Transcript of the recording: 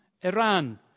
iran